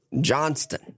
Johnston